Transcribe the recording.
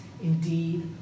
indeed